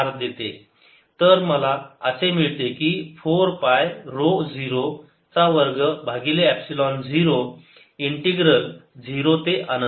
तर मला असे मिळते की 4 पाय ऱ्हो 0 चा वर्ग भागिले एपसिलोन झिरो इंटिग्रल 0 ते अनंत